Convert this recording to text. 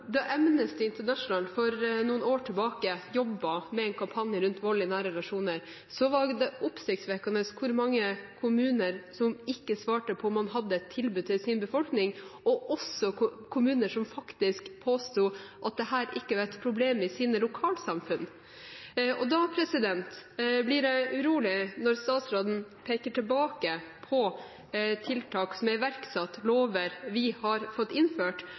Da Amnesty International for noen år siden jobbet med en kampanje mot vold i nære relasjoner, var det oppsiktsvekkende hvor mange kommuner som ikke svarte på om de hadde et tilbud til sin befolkning. Det var faktisk også kommuner som påsto at dette ikke var et problem i deres lokalsamfunn. Da blir jeg urolig når statsråden peker tilbake på tiltak som er iverksatt, og lover vi har fått innført,